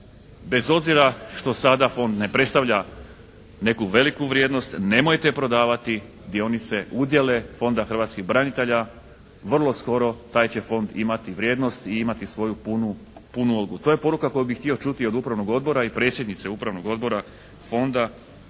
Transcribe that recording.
bez obzira što sada Fond ne predstavlja neku veliku vrijednost, nemojte prodavati dionice, udjele Fonda hrvatskih branitelja, vrlo skoro taj će Fond imati vrijednost i imati svoju punu … /Ne razumije se./ … To je poruka koju bih htio čuti od Upravnog odbora i predsjednice Upravnog odbora Fonda